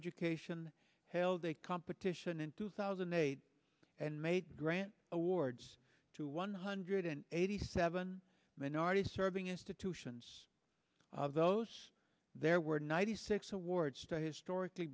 education held a competition in two thousand and eight and made grant awards to one hundred and eighty seven minority serving institutions those there were ninety six award study historically